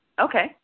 Okay